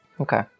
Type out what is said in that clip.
okay